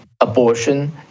abortion